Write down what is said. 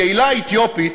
הקהילה האתיופית: